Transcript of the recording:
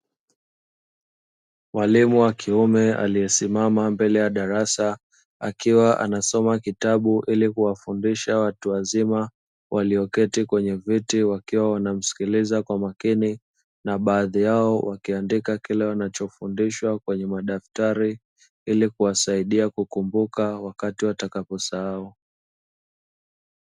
Mwalimu wa kiume aliyesimama mbele ya darasa, akiwa anasoma kitabu ili kuwafundisha watu wazima walioketi kwenye viti; wakiwa wanamsikiliza kwa makini na baadhi yao wakiandika kile wanachofundishwa kwenye madaftari, ili kuwasaidia kukumbuka wakati watakaposahau.